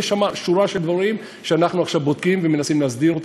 יש שם שורה של דברים שאנחנו עכשיו בודקים ומנסים להסדיר.